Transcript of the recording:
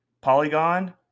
Polygon